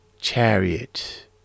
chariot